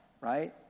right